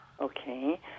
Okay